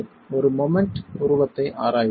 ஒரு மொமெண்ட் உருவத்தை ஆராய்வோம்